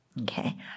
Okay